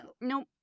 nope